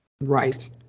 Right